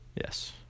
Yes